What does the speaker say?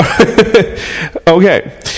Okay